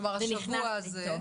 כלומר השבוע הזה.